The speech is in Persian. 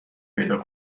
پیدا